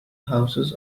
houses